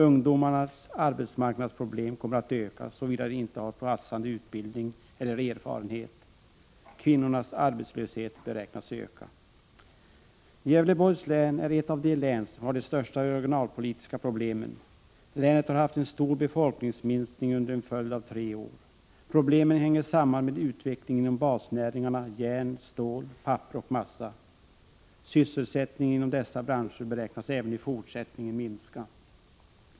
Ungdomarnas arbetsmarknadsproblem kommer att öka, såvida de inte har passande utbildning eller erfarenhet. Också kvinnornas arbetslöshet beräknas öka. Gävleborgs län är ett av de län som har de största regionalpolitiska problemen. Länet har haft en stor befolkningsminskning under tre år i följd. Problemen hänger samman med utvecklingen inom basnäringarna järn, stål, papper och massa. Sysselsättningen inom dessa branscher beräknas minska även i fortsättningen.